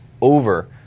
over